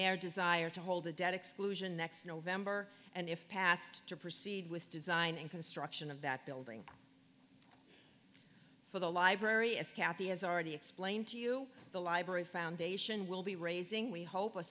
their desire to hold a debt exclusion next november and if passed to proceed with design and construction of that building for the library as cathy has already explained to you the library foundation will be raising we hope a